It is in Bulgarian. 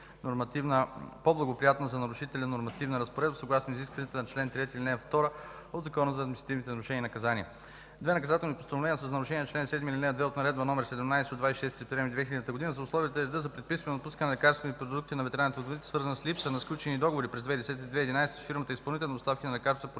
по-благоприятна за нарушителя нормативна разпоредба, съгласно изискванията на чл. 3, ал. 2 от Закона за административните нарушения и наказания. Две наказателни постановления са за нарушения на чл. 7, ал. 2 от Наредба № 17 от 26 септември 2000 г. за условията и реда за предписване и отпускане на лекарствени продукти на ветераните от войните, свързани с липса на сключени договори през 2010 и 2011 г. с фирмата-изпълнител на доставките на лекарства по